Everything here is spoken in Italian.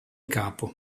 capo